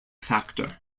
factor